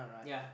ya